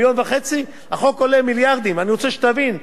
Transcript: אני רוצה שתבין, הצעת החוק הזאת, 4.5 מיליארד.